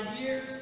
years